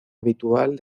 habitual